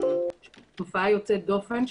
יוצאת דופן,